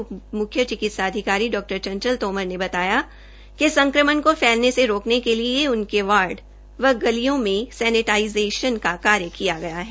उप मुख्य चिकित्सा अधिकारी डॉ चंचल तोमर ने बताया कि संक्रमण को फैलने से रोकने के लिए उनके वार्डव गलियों में सैनेटाइज़र का छिड़काव किया जा रहा है